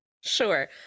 Sure